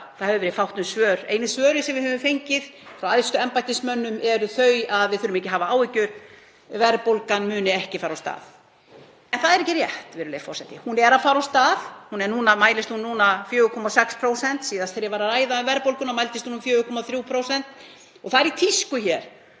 Það hefur verið fátt um svör. Einu svörin sem við höfum fengið frá æðstu embættismönnum eru þau að við þurfum ekki að hafa áhyggjur, verðbólgan muni ekki fara af stað. En það er ekki rétt, virðulegi forseti. Hún er að fara af stað. Hún mælist núna 4,6%. Síðast þegar ég var að ræða um verðbólguna mældist hún um 4,3%. Það er í tísku hér